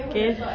okay